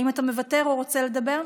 האם אתה מוותר או רוצה לדבר?